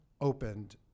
opened